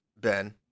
Ben